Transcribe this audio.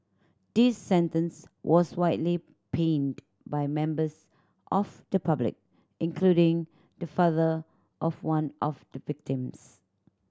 this sentence was widely panned by members of the public including the father of one of the victims